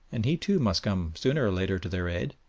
and he too must come sooner or later to their aid.